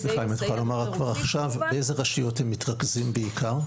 אפשר לומר כבר עכשיו באיזה רשויות הם מתרכזים בעיקר?